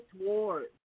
wars